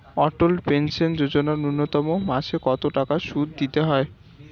অটল pension Yojana ন্যূনতম মাসে কত টাকা সুধ দিতে হয়?